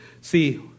See